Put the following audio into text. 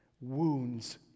wounds